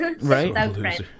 right